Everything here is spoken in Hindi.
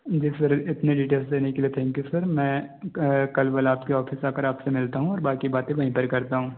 जी सर से निकले थे इनके सर मैं कल वाला आपके ऑफिस आकर आप से मिलता हूँ और बाकी बातें वहीं पर करता हूँ